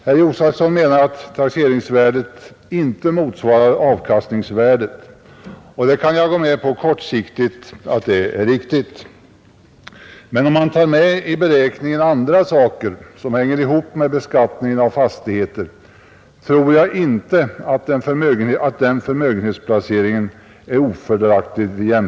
Herr Josefson anser att taxeringsvärdet inte motsvarar avkastningsvärdet, och på kort sikt kan jag gå med på att det är riktigt. Men om man tar med i beräkningen andra saker som hänger ihop med beskattningen av fastigheter, tror jag inte att den förmögenhetsplaceringen är ofördelaktig.